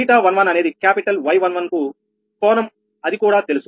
𝜃11 అనేది capital Y11 కు కోణం అది కూడా తెలుసు